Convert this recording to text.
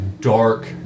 dark